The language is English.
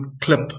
clip